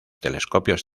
telescopios